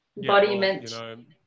embodiment